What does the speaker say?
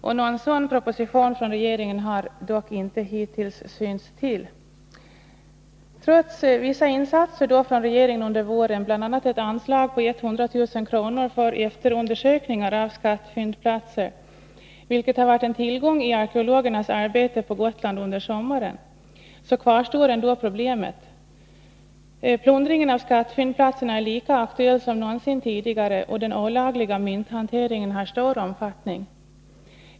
Någon sådan proposition från regeringen har dock hittills inte synts till. Trots vissa insatser från regeringen under våren, bl.a. ett anslag på 100 000 kr. för efterundersökningar av skattfyndplatser, vilket har varit en tillgång i arkeologernas arbete på Gotland under sommaren, kvarstår ändå problemet. Plundringen av skattfyndplatserna är lika aktuell som någonsin tidigare, och den olagliga mynthanteringen har stor omfattning.